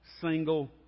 single